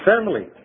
family